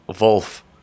wolf